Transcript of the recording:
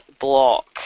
block